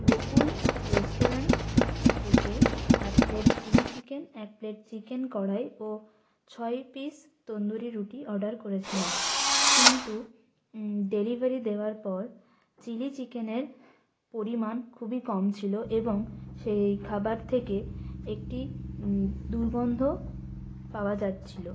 Gokul restaurant থেকে এক plate chili chicken এক প্লেট চিকেন কড়াই ও ছয় পিস তন্দুরি রুটি অর্ডার করেছিলাম কিন্তু ডেলিভারি দেওয়ার পর চিলি চিকেনের পরিমাণ খুবই কম ছিল এবং সেই খাবার থেকে একটি দুর্গন্ধ পাওয়া যাচ্ছিল